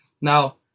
Now